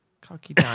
Cocky